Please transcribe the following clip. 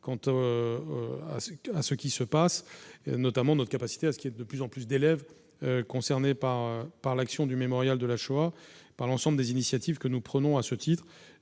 a, à ce qui se passe, notamment, notre capacité à ce qui est de plus en plus d'élèves concernés par par l'action du Mémorial de la Shoah par l'ensemble des initiatives que nous prenons à ce titre,